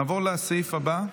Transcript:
נעבור לסעיף הבא,